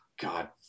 God